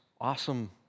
awesome